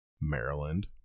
Maryland